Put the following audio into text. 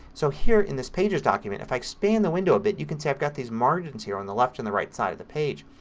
so here in this pages document if i expand the window a bit you can see i've got these margins here on the left and right side of the page.